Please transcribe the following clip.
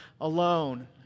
alone